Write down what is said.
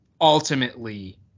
Ultimately